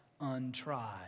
untried